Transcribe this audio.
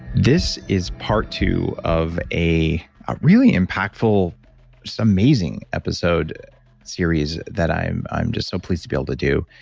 this is part two of a ah really impactful, just so amazing episode series that i'm i'm just so pleased to be able to do